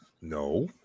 No